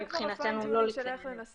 זה כבר עניין של ניסוח.